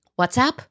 WhatsApp